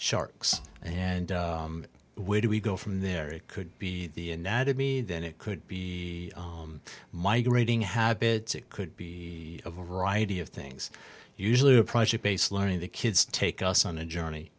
sharks and where do we go from there it could be the anatomy then it could be migrating habits it could be a variety of things usually a project based learning the kids take us on a journey